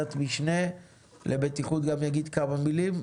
בוועדת משנה לבטיחות גם יגיד כמה מילים,